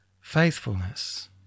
faithfulness